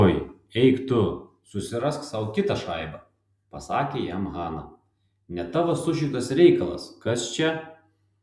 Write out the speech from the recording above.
oi eik tu susirask sau kitą šaibą pasakė jam hana ne tavo sušiktas reikalas kas čia